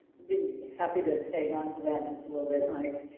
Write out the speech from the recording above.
be happy to tag on to that just a little bit mike.